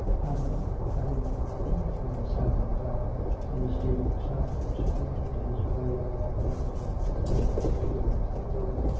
hanlon, having departed from sarah m'gowan in a state of excitement, wended his way along a lonely and dreary road,